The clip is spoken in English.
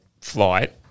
flight